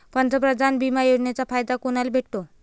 पंतप्रधान बिमा योजनेचा फायदा कुनाले भेटतो?